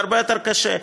זה הרבה יותר קשה.